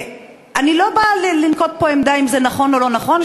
ואני לא באה לנקוט פה עמדה אם זה נכון או לא נכון,